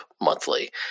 monthly